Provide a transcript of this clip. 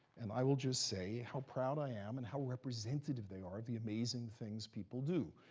and i will just say how proud i am, and how representative they are, of the amazing things people do.